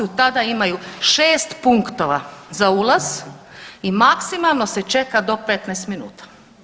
Tada imaju 6 punktova za ulaz i maksimalno se čeka do 15 minuta.